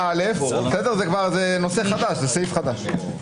מתן כהנא, רק משפט ביניים.